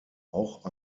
auch